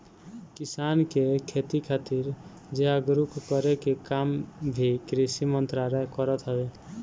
किसान के खेती खातिर जागरूक करे के काम भी कृषि मंत्रालय करत हवे